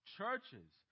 Churches